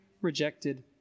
rejected